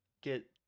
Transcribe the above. get